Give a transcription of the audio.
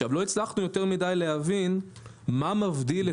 עכשיו, לא הצלחנו יותר מידי להבין מה מבדיל.